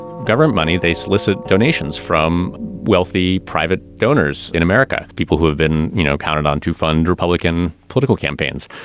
government money? they solicit donations from wealthy private donors in america, people who have been, you know, counted on to fund republican political campaigns.